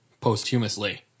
posthumously